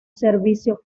servicio